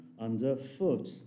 underfoot